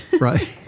right